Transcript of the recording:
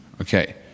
Okay